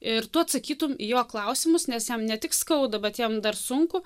ir tu atsakytum į jo klausimus nes jam ne tik skauda bet jam dar sunku